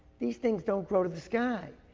these things don't grow to the sky.